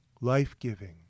life-giving